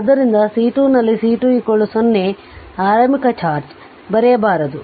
ಆದ್ದರಿಂದ C2 ನಲ್ಲಿ C2 0 ಆರಂಭಿಕ ಚಾರ್ಜ್ ಬರೆಯಬಾರದು